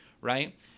right